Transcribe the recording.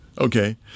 Okay